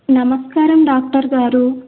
నమస్కారం డాక్టర్ గారు